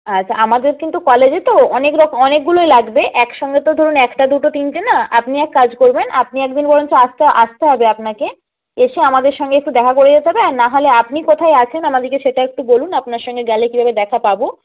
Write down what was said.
আচ্ছা আমাদের কিন্তু কলেজে তো অনেক লোক অনেকগুলোই লাগবে একসঙ্গে তো ধরুন একটা দুটো তিনটে না আপনি এক কাজ করবেন আপনি একদিন বরঞ্চ আসতে আসতে হবে আপনাকে এসে আমাদের সঙ্গে একটু দেখা করে যেতে হবে আর নাহলে আপনি কোথায় আছেন আমাদেরকে সেটা একটু বলুন আপনার সঙ্গে গেলে কীভাবে দেখা পাবো